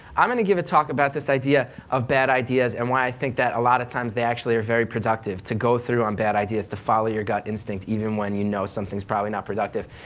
i'm going to give a talk about this idea of bad ideas and why i think a lot of times they actually are very productive, to go through on bad ideas to follow your gut instinct even when you know something's probably not productive.